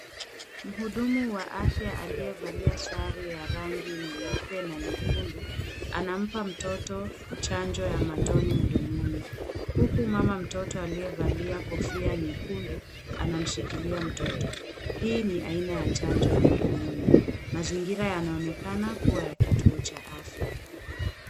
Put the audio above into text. Mhudumu wa afya aliyevalia sare ya rangi nyeupe na nyekundu, anampa mtoto chanjo ya matone mdomoni, huku mama mtoto aliyevalia kofia nyekundu anamshikilia mtoto. Hii ni aina ya chanjo ya mdomoni. Mazingira yanaonekana kuwa ya kituo cha afya.